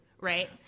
Right